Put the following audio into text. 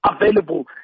available